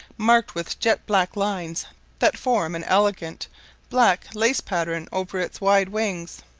marked with jet black lines that form an elegant black lace pattern over its wide wings.